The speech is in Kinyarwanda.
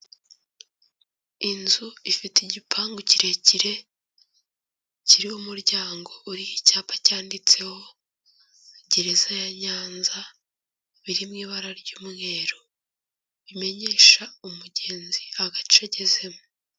Inzu ifite igipangu kirekire, kiriho umuryango uriho icyapa cyanditseho Gereza ya Nyanza, biri mu ibara ry'umweru bimenyesha umugenzi agace agezemo.